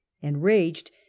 enraged